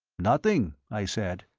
nothing, i said,